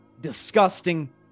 disgusting